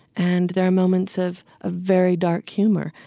and there are moments of ah very dark humor.